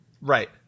right